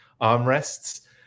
armrests